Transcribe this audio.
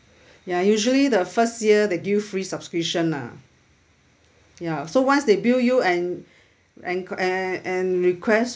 ya usually the first year they give you free subscription lah ya so once they bill you and and and request